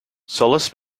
solis